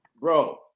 Bro